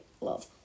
love